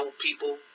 people